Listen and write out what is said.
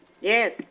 Yes